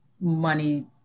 money